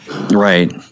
right